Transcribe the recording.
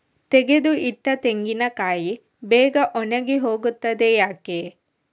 ತೆಗೆದು ಇಟ್ಟ ತೆಂಗಿನಕಾಯಿ ಬೇಗ ಒಣಗಿ ಹೋಗುತ್ತದೆ ಯಾಕೆ?